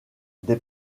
des